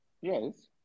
Yes